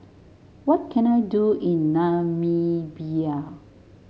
what can I do in Namibia